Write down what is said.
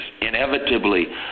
inevitably